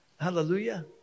Hallelujah